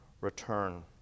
return